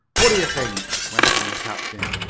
what do you think? went on the captain.